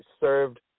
served